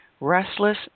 restless